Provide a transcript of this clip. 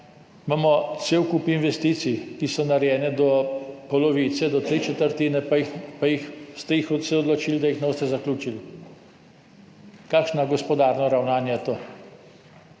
imamo cel kup investicij, ki so narejene do polovice, do treh četrtin, pa ste se odločili, da jih ne boste zaključili. Kakšno gospodarno ravnanje je to?